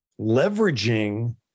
leveraging